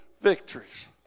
victories